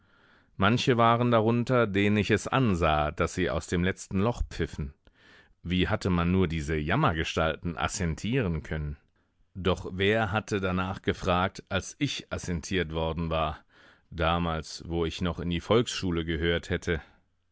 manche waren darunter denen ich es ansah daß sie aus dem letzten loch pfiffen wie hatte man nur diese jammergestalten assentieren können doch wer hatte danach gefragt als ich assentiert worden war damals wo ich noch in die volksschule gehört hätte